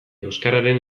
euskararen